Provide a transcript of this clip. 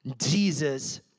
Jesus